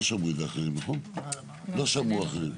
לא שמעו אחרים,